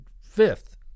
fifth